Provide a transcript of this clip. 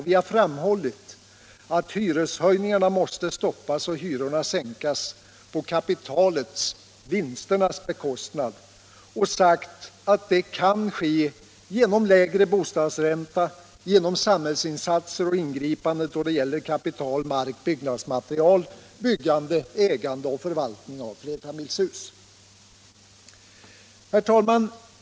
Vi har framhållit att hyreshöjningarna måste stoppas och hyrorna sänkas på kapitalets och vinsternas bekostnad och sagt att det kan ske genom lägre bostadsränta, genom samhällsinsatser och ingripanden då det gäller kapital, mark, byggnadsmaterial, byggande, ägande och förvaltning av flerfamiljshus. Herr talman!